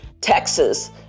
Texas